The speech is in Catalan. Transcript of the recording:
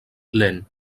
lent